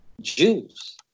Jews